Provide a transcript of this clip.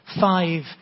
five